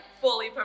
fully